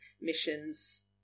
missions